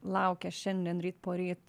laukia šiandien ryt poryt